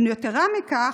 יתרה מזו,